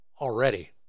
already